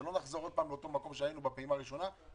שלא נחזור עוד פעם למקום שהיינו בפעימה הראשונה,